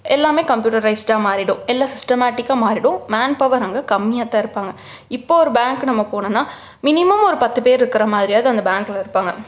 எல்லாமே கம்பியூட்டரைஸ்டாக மாறிவிடும் எல்லாம் சிஸ்ட்டமேட்டிக்காக மாறிவிடும் மேன்பவர் அங்கே கம்மியாக தான் இருப்பாங்க இப்போ ஒரு பேங்கு நம்ம போனோன்னா மினிமம் ஒரு பத்து பேர் இருக்கிற மாதிரியாவது அந்த பேங்கில் இருப்பாங்க